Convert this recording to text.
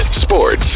sports